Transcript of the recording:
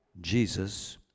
Jesus